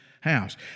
house